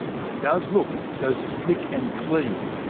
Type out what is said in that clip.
and it does look so slick and clean,